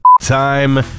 time